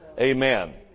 Amen